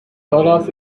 dollars